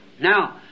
Now